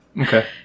Okay